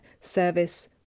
service